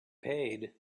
paid